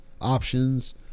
options